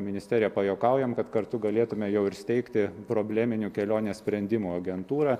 ministerija pajuokaujam kad kartu galėtume jau ir steigti probleminių kelionės sprendimų agentūrą